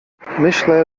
myślę